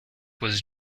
was